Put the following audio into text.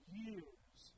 years